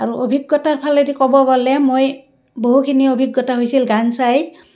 আৰু অভিজ্ঞতাৰ ফালেদি কব গ'লে মই বহুখিনি অভিজ্ঞতা হৈছিল গান চাই